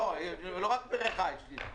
לא רק בריכה יש לי.